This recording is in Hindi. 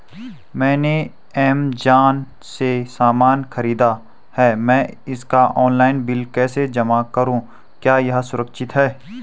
मैंने ऐमज़ान से सामान खरीदा है मैं इसका ऑनलाइन बिल कैसे जमा करूँ क्या यह सुरक्षित है?